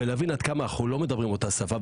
ולהבין עד כמה אנחנו לא מדברים באותה שפה,